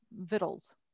vittles